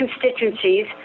constituencies